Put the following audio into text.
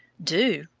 do!